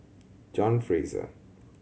John Fraser